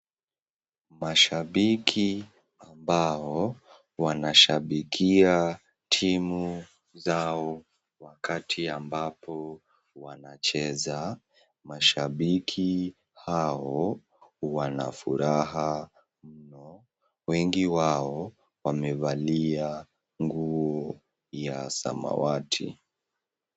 Mashabiki ambao wanashabikia timu zao wakati ambapo wanacheza ,mashabiki wao wanafuraha muno. Wengi wao wamevalia nguo ya samawati.